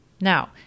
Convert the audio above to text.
Now